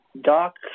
Doc